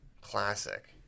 Classic